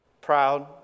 proud